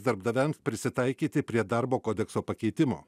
darbdaviam prisitaikyti prie darbo kodekso pakeitimo